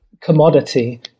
commodity